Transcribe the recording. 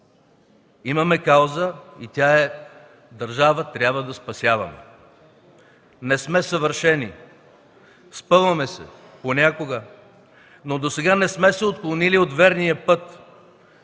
Имаме кауза и тя е: държава трябва да спасяваме. Не сме съвършени, спъваме се понякога, но досега не сме се отклонили от верния път,